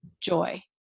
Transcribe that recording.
joy